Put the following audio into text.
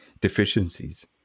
deficiencies